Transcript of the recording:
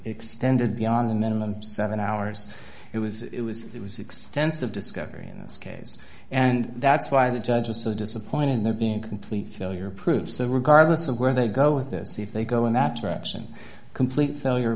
extended beyond the minimum seven hours it was it was it was extensive discovery in this case and that's why the judge was so disappointed in their being complete failure proof so regardless of where they go with this if they go in that direction complete failure